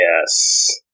Yes